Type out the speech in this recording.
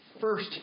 first